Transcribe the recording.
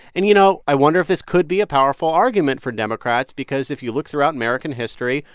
and, you know, i wonder if this could be a powerful argument for democrats because if you look throughout american history,